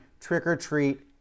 trick-or-treat